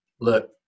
look